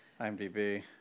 IMDb